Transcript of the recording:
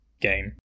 game